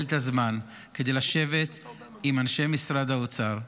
את הזמן כדי לשבת עם אנשי משרד האוצר,